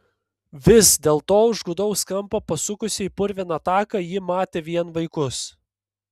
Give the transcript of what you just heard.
vis dėlto už gūdaus kampo pasukusi į purviną taką ji matė vien vaikus